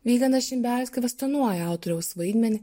vygandas šimbelis kvestionuoja autoriaus vaidmenį